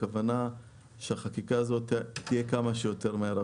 הכוונה שהחקיקה הזאת תהיה כמה שיותר מהר,